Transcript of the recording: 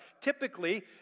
typically